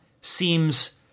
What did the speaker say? seems